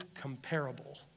comparable